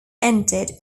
ended